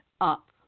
up